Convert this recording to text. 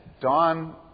Don